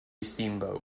steamboat